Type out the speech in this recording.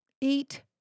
Eat